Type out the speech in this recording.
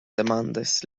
demandis